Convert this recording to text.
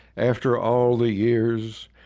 after all the years,